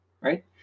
right